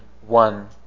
one